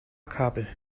kabel